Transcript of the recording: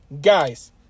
guys